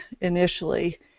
initially